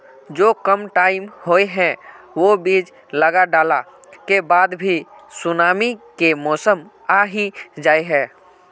जो कम टाइम होये है वो बीज लगा डाला के बाद भी सुनामी के मौसम आ ही जाय है?